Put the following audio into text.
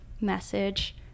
message